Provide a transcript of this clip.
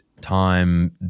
time